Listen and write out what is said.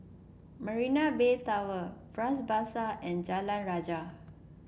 Marina Bay Tower Bras Basah and Jalan Rajah